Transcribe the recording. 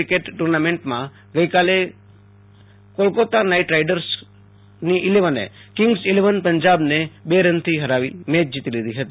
cricket સ્પર્ધામાં ગઈકાલે Kolkata Knight રાઈડર્સે કિંગ્સ ઇલેવન પંજાબને બે રનથી ફરાવી મેય જીતી લીધી હતી